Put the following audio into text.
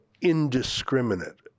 indiscriminate